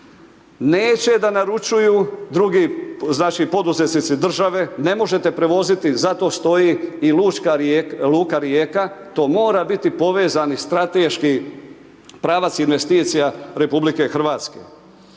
Neće da naručuju drugi, znači, poduzetnici države, ne možete prevoziti, zato stoji i Luka Rijeka, to mora biti povezani strateški pravac investicija RH. Stranka